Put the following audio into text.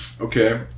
Okay